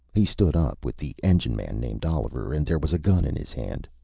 he stood up, with the engine man named oliver, and there was a gun in his hand.